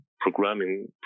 programming